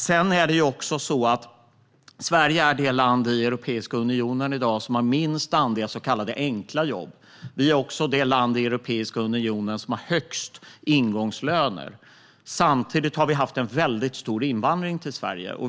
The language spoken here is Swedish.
Sedan är det också så att Sverige i dag är det land i Europeiska unionen som har minst andel så kallade enkla jobb. Vi är också det land i Europeiska unionen som har högst ingångslöner. Samtidigt har vi haft en väldigt stor invandring till Sverige.